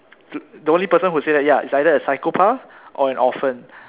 the only person who say that ya is either a psychopath or an orphan